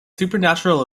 supernatural